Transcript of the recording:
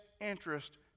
interest